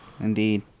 Indeed